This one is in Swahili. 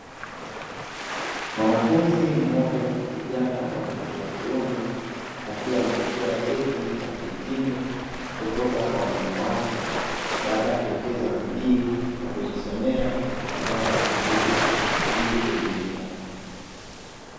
Mwanafunzi mmoja kijana wa jinsia ya kiume, akiwa anapokea cheti cha kuhitimu kutoka kwa walimu wake, baada ya kuwekeza bidii ya kujisomea na kupata maarifa ili kuelimika.